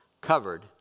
covered